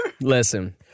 Listen